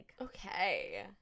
Okay